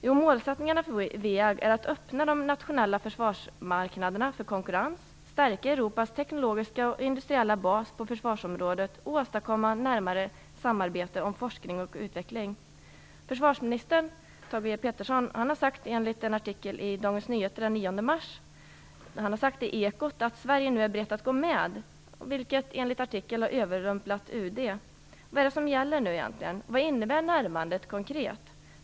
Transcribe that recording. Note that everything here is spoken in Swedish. Jo, målsättningarna för WEAG är att öppna de nationella försvarsmarknaderna för konkurrens, stärka Europas teknologiska och industriella bas på försvarsområdet och åstadkomma närmare samarbete om forskning och utveckling. Försvarsminister Thage G Peterson har enligt en artikel i DN från den 9 mars sagt i Ekot att Sverige nu är berett att gå med, vilket enligt artikeln har överrumplat UD. Vad är det som gäller? Vad innebär "närmandet" konkret?